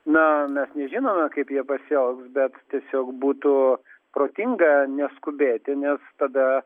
na mes nežinome kaip jie pasielgs bet tiesiog būtų protinga neskubėti nes tada